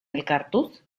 elkartuz